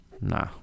Nah